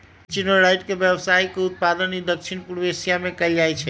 echinoderm के व्यावसायिक उत्पादन दक्षिण पूर्व एशिया में कएल जाइ छइ